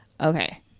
okay